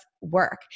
Work